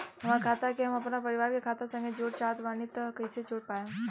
हमार खाता के हम अपना परिवार के खाता संगे जोड़े चाहत बानी त कईसे जोड़ पाएम?